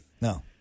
no